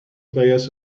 players